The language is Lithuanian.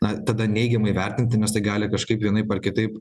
na tada neigiamai vertinti nes tai gali kažkaip vienaip ar kitaip